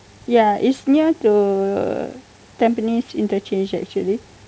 ya it's near to tampines interchange actually